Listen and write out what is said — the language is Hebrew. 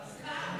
מלכה.